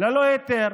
ללא היתר.